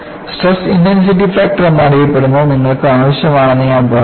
stress intensity factor എന്നറിയപ്പെടുന്നത് നിങ്ങൾക്ക് ആവശ്യമാണെന്ന് ഞാൻ പറഞ്ഞു